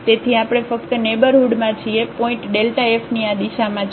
તેથી આપણે ફક્ત નેઇબરહુડમાં છીએ પોઇન્ટ f ની આ દિશામાં છે